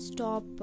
Stop